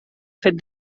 fet